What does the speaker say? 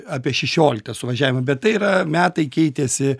apie šešioliktą suvažiavimą bet tai yra metai keitėsi